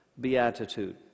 beatitude